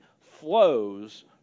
flows